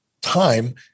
time